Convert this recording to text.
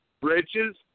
bridges